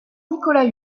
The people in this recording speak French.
nicolas